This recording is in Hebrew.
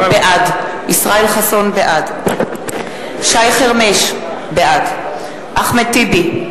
בעד שי חרמש, בעד אחמד טיבי,